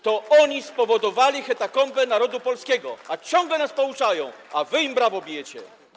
To oni spowodowali hekatombę narodu polskiego, ciągle nas pouczają, a wy im brawo bijecie.